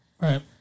Right